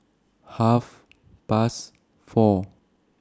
Half Past four